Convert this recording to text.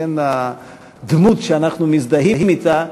דמות שאנחנו מזדהים אתה.